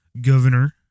governor